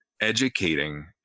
educating